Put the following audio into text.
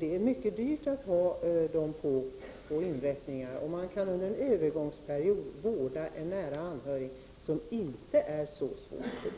Det är mycket dyrt att ha patienter på institutioner. Under en övergångsperiod kan man vårda en nära anhörig som inte är så svårt sjuk.